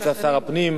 השר אלי ישי.